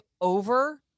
over